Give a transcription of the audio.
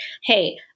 Hey